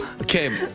Okay